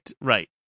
right